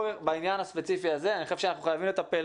בעניין הספציפי הזה אני חושב שאנחנו חייבים לטפל